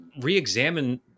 re-examine